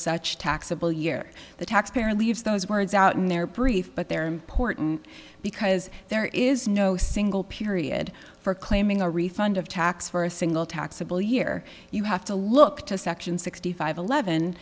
such taxable year the taxpayer leaves those words out in their brief but they're important because there is no single period for claiming a refund of tax for a single taxable year you have to look to section sixty five eleven